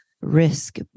risk